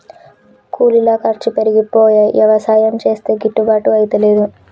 కూలీల ఖర్చు పెరిగిపోయి యవసాయం చేస్తే గిట్టుబాటు అయితలేదు